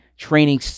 training